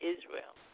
Israel